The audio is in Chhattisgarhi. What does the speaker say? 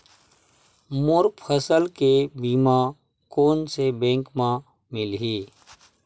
मोर फसल के बीमा कोन से बैंक म मिलही?